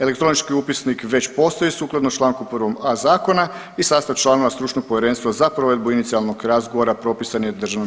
Elektronični upisnik već postoji sukladno čl. 1a Zakona i sastav članova stručnog povjerenstva za provedbu inicijalnog razgovora propisan je DPS-om.